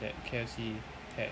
that K_F_C had